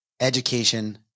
education